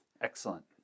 Excellent